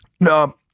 No